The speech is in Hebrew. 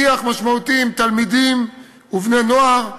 שיח משמעותי עם תלמידים ובני-נוער.